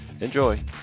Enjoy